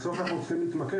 בסוף, אנחנו צריכים להתמקד.